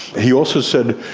he also said,